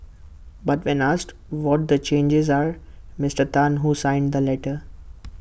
but when asked what the changes are Mister Tan who signed the letter